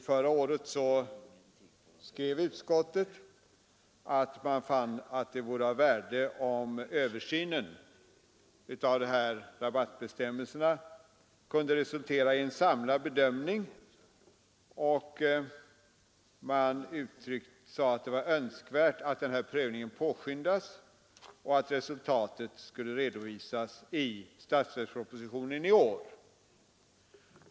Förra året skrev utskottet att det vore av värde om översynen av rabattbestämmelserna kunde resultera i en samlad bedömning och att prövningen påskyndades och resultatet redovisades i statsverkspropositionen i år.